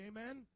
Amen